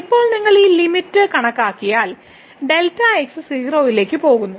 ഇപ്പോൾ നിങ്ങൾ ഈ ലിമിറ്റ് കണക്കാക്കിയാൽ Δx 0 ലേക്ക് പോകുന്നു